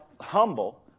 humble